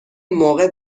موقع